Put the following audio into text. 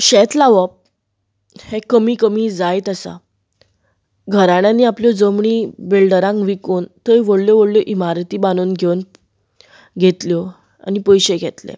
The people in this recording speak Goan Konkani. शेत लावप हें कमी कमी जायत आसा घराण्यांनी आपल्यो जमनी बिल्डरांक विकून थंय व्हडल्यो व्हडल्यो इमारती बांदून घेवन घेतल्यो आनी पयशे घेतले